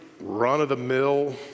run-of-the-mill